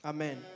Amen